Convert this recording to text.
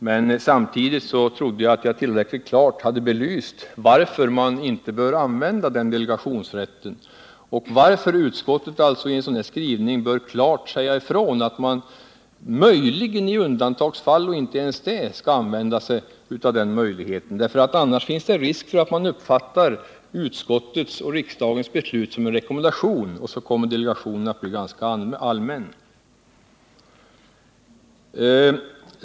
Men samtidigt trodde jag att jag tillräckligt klart hade belyst varför man inte bör använda den delegationsrätten och varför utskottet alltså i en sådan här skrivning klart borde säga ifrån att möjligheten skall användas endast i undantagsfall, ja, inte ens då. Annars finns det risk för att man uppfattar utskottet och riksdagens beslut som en rekommendation, varefter delegationen blir ganska allmän.